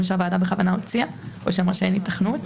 שהוועדה בכוונה הוציאה או שאמרה שאין היתכנות.